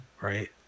right